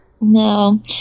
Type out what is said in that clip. No